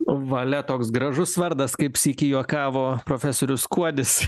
valia toks gražus vardas kaip sykį juokavo profesorius kuodis